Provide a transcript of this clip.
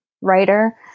writer